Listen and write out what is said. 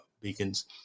beacons